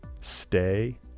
Stay